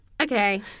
Okay